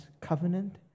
covenant